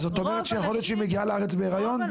אז זאת אומרת שיכול להיות שהיא מגיעה לארץ בהריון?